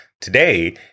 today